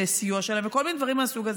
הסיוע שלהם וכל מיני דברים מהסוג הזה.